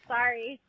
Sorry